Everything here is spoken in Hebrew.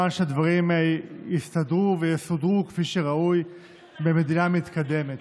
והגיע הזמן שהדברים יסתדרו ויסודרו כפי שראוי במדינה מתקדמת.